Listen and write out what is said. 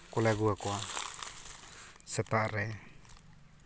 ᱠᱚᱞᱮ ᱟᱹᱜᱩᱣᱟ ᱠᱚᱣᱟ ᱥᱮᱛᱟᱜ ᱨᱮ